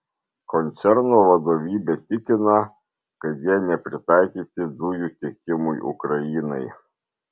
koncerno vadovybė tikina kad jie nepritaikyti dujų tiekimui ukrainai